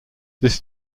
this